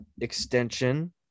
extension